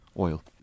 oil